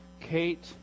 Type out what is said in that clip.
Kate